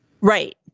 Right